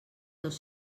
dos